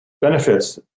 benefits